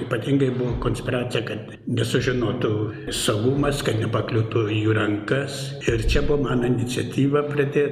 ypatingai buvo konspiracija kad nesužinotų saugumas kad nepakliūtų į jų rankas ir čia buvo mano iniciatyva pradė